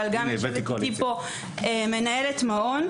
אבל גם יושבת איתי פה מנהלת מעון,